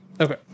Okay